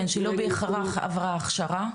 כן, זו שלא בהכרח עברה הכשרה.